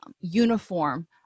uniform